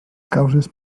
causes